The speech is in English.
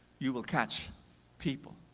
you will catch people.